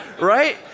right